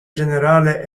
generale